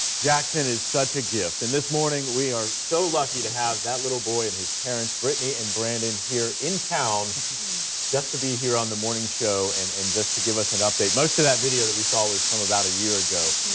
jackson is such a gift. and this morning we are so lucky to have that little boy and his parents brittheny and brandon here in town just to be here on the morning show and and just to give us an update. most of that video we saw was from about a year ago.